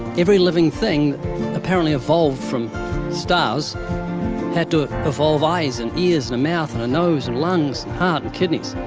every living thing apparently evolved from stars had to evolve eyes and ears and a mouth and a nose and lungs and heart and kidneys.